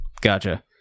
Gotcha